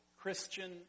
Christian